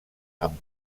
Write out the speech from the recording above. amb